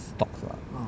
stocks lah